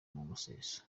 museso